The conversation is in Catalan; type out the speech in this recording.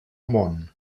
món